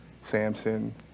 Samson